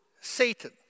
Satan